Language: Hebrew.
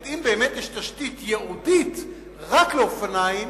אם באמת יש תשתית ייעודית רק לאופניים,